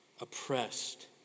oppressed